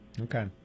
Okay